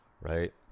right